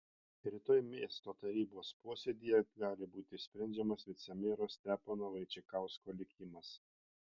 rytoj miesto tarybos posėdyje gali būti sprendžiamas vicemero stepono vaičikausko likimas